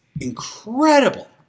incredible